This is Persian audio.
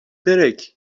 درکاینجا